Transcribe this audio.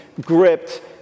gripped